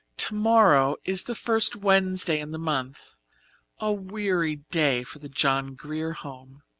tomorrow is the first wednesday in the month a weary day for the john grier home.